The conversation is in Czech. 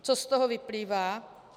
Co z toho vyplývá?